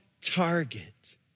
target